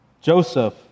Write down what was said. Joseph